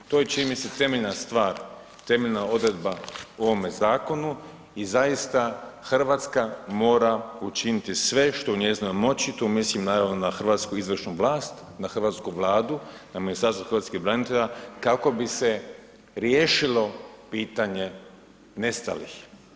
To je čini mi se temeljna stvar, temeljna odredba u ovom zakonu i zaista Hrvatska mora učiniti sve što je u njezinoj moći, tu mislim naravno na hrvatsku izvršnu vlast, na Hrvatsku vladu, na Ministarstvo hrvatskih branitelja kako bi se riješilo pitanje nestalih.